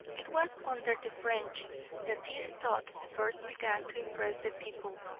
it was under the french that these thoughts first began to impress the people.